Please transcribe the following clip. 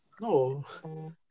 No